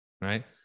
right